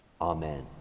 Amen